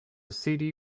city